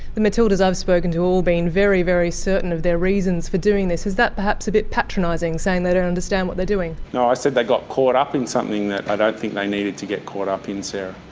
the matildas i've spoken to have all been very, very certain of their reasons for doing this. is that perhaps a bit patronising, saying they don't understand what they're doing? no, i said they got caught up in something that i don't think they needed to get caught up in, sarah.